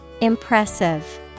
Impressive